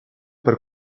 per